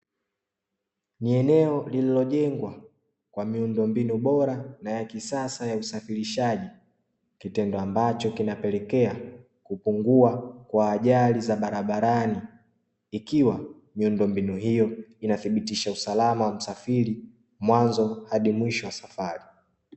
Ni eneo lililojengwa kwa miundombinu bora na ya kisasa ya usafirishaji, kitendo ambacho kinapelekea kupungua kwa ajali za barabarani, ikiwa miundombinu hiyo inathibitisha usalama wa msafiri; mwanzo hadi mwisho wa safari.